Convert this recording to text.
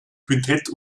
quintett